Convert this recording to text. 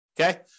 Okay